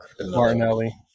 Martinelli